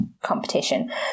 competition